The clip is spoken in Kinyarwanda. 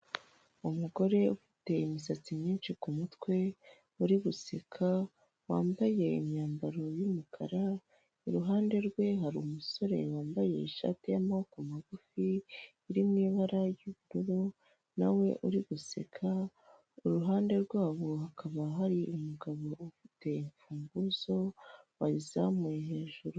Umugore ufite imisatsi myinshi ku mutwe uri guseka wambaye imyambaro y'umukara, iruhande rwe hari umusore wambaye ishati y'amaboko magufi iri mu ibara ry'ubururu nawe uri guseka, iruhande rwabo hakaba hari umugabo ufite imfunguzo wazamuye hejuru.